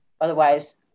Otherwise